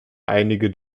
einige